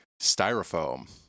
styrofoam